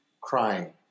crying